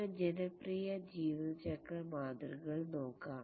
ചില ജനപ്രിയ ജീവിതചക്ര മോഡൽ കൾ നോക്കാം